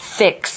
fix